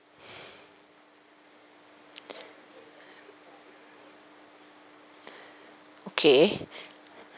okay